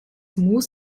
muss